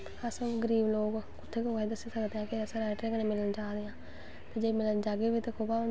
इसलदे institute खुल्ले दे नै हर चीज़ दा एह् ऐ कि ओह् ओह्दे अग्गैं टीचर होंदे ऐं साह्नू अग्गैं